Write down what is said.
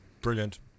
Brilliant